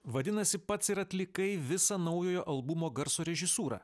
vadinasi pats ir atlikai visą naujojo albumo garso režisūrą